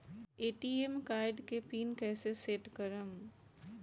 ATM card के pin कैसे set करम?